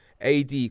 AD